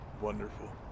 Wonderful